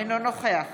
אינו נוכח